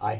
i